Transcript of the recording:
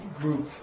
group